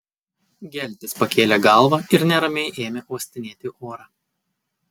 geltis pakėlė galvą ir neramiai ėmė uostinėti orą